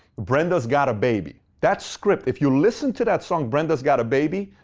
brenda's got a baby. that script, if you listen to that song brenda's got a baby,